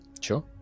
Sure